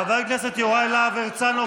חבר הכנסת יוראי להב הרצנו,